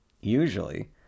Usually